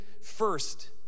first